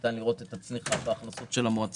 ניתן לראות את הצניחה בהכנסות של המועצה.